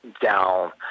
down